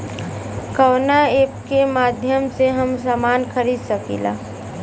कवना ऐपके माध्यम से हम समान खरीद सकीला?